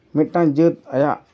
ᱢᱤᱫᱴᱟᱱ ᱡᱟᱹᱛ ᱟᱭᱟᱜ